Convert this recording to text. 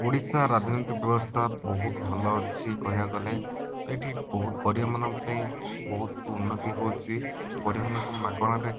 ଓଡ଼ିଶା ରାଜନୀତି ବ୍ୟବସ୍ତା ବହୁତ ଭଲ ଅଛି କହିବାକୁ ଗଲେ ତ ଏଇଠି ଗରିବମାନଙ୍କ ପାଇଁ ବହୁତ ଉନ୍ନତି ହଉଛି ଗରିବଲୋକଙ୍କୁ ମାଗଣାରେ